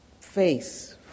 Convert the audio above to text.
face